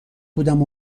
بودم